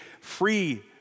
free